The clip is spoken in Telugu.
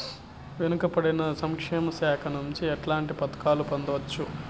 వెనుక పడిన సంక్షేమ శాఖ నుంచి ఎట్లాంటి పథకాలు పొందవచ్చు?